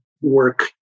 work